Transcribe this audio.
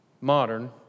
modern